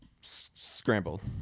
Scrambled